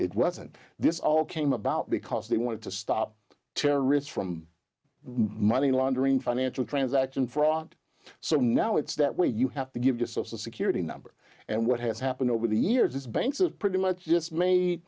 it wasn't this all came about because they wanted to stop terrorists from money laundering financial transaction fraud so now it's that way you have to give the social security number and what has happened over the years is banks of pretty much just m